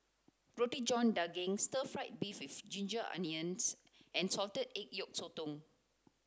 roti john daging stir fried beef with ginger onions and salted egg yolk sotong